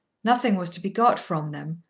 nothing was to be got from them,